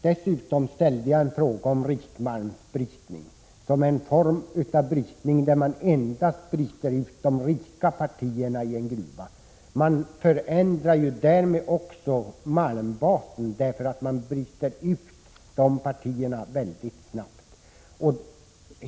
Dessutom ställde jag en fråga om rikmalmsbrytning, som är en form av brytning där man bryter ut endast de rika partierna i en gruva. Man förändrar därmed också malmbasen, eftersom man bryter ut de aktuella partierna snabbt.